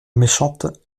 méchante